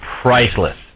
priceless